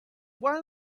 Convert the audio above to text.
why